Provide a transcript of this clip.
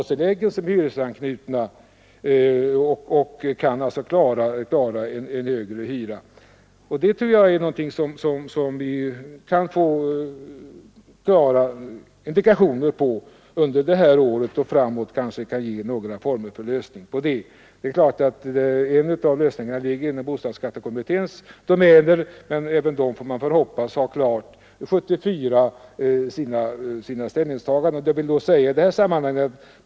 Kvar bor folk som har hyresanknutna bostadstillägg, och de människorna kan alltså klara av högre hyra. Det är någonting som vi kan få klara indikationer på under detta år, och vi kan kanske framöver få någon lösning av det problemet. En av lösningarna ligger inom bostadsskattekommitténs domäner, och jag hoppas att den har sitt ställningstagande klart 1974.